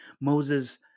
Moses